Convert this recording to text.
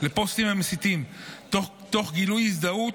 לפוסטים מסיתים, תוך גילוי הזדהות,